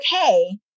okay